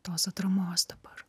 tos atramos dabar